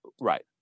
Right